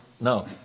No